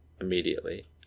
immediately